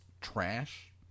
Trash